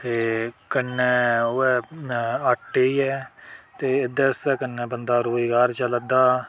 ते कन्नै ओह् ऐ आटे दी ऐ ते इस्सै कन्नै बंदें दा रोजगार चला दा